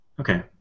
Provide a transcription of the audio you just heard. Okay